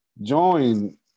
join